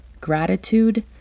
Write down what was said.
gratitude